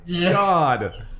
god